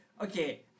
Okay